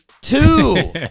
Two